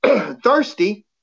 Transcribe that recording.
thirsty